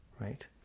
right